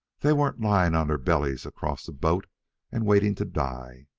they weren't lying on their bellies across a boat and waiting to die.